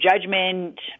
judgment